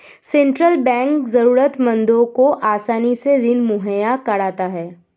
central bank जरूरतमंदों को आसानी से ऋण मुहैय्या कराता है